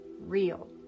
real